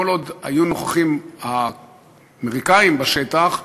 כל עוד היו האמריקנים נוכחים בשטח,